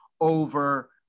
over